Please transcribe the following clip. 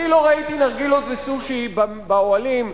אני לא ראיתי נרגילות וסושי באוהלים,